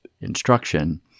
instruction